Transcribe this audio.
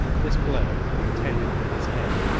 this blow, intended for his head,